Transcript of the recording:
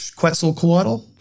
Quetzalcoatl